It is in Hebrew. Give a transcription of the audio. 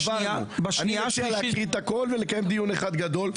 אני מציע להקריא את הכול ולקיים דיון אחד גדול.